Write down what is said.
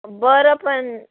बरं पण